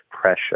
pressure